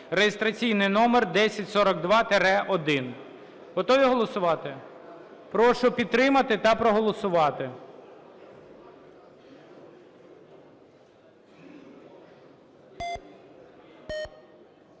(реєстраційний номер 1042-1). Готові голосувати? Прошу підтримати та проголосувати.